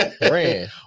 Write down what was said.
Ran